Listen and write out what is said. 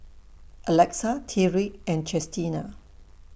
Alexa Tyrik and Chestina